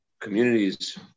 communities